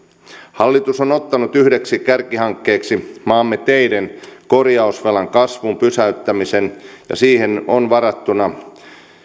hallitus on ottanut yhdeksi kärkihankkeeksi maamme teiden korjausvelan kasvun pysäyttämisen ja siihen on varattuna